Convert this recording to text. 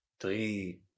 three